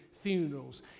funerals